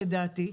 לדעתי,